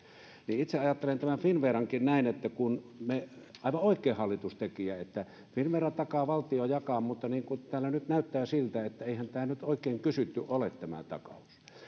itse ajattelen tämän finnverankin näin että aivan oikein hallitus teki niin että finnvera takaa ja valtio jakaa mutta kun nyt näyttää siltä että eihän tämä nyt oikein kysytty ole tämä takaus niin